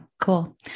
Cool